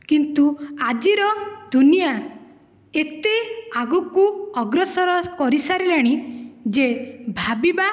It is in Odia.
କିନ୍ତୁ ଆଜିର ଦୁନିଆ ଏତେ ଆଗକୁ ଅଗ୍ରସର କରିସାରିଲାଣି ଯେ ଭାବିବା